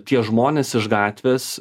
tie žmonės iš gatvės